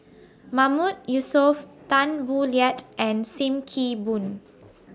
Mahmood Yusof Tan Boo Liat and SIM Kee Boon